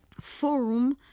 forum